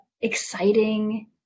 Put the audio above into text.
exciting